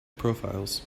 profiles